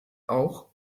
auch